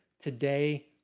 today